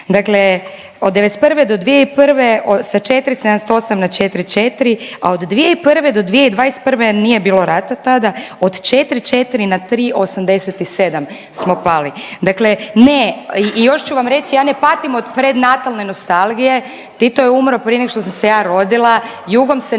Dakle, od '91. do 2001. sa 478 na 44, a od 2001. do 2021. nije bilo rata tada od 44 na tri 87 smo pali. Dakle ne. I još ću vam reći ja ne patim od prenatalne nostalgije. Tito je umro prije nego što sam se ja rodila, Jugom se ne